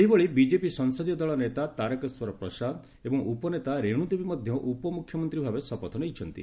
ସେହିଭଳି ବିଜେପି ସଂସଦୀୟ ଦଳ ନେତା ତାରକେଶ୍ୱର ପ୍ରସାଦ ଏବଂ ଉପନେତା ରେଣୁ ଦେବୀ ମଧ୍ୟ ଉପମୁଖ୍ୟମନ୍ତ୍ରୀଭାବେ ଶପଥ ନେଇଛନ୍ତି